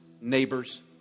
Neighbors